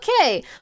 okay